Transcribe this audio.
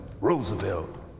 roosevelt